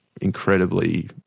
incredibly